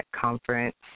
conference